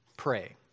pray